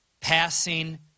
passing